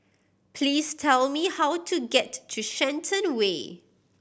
please tell me how to get to Shenton Way